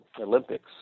Olympics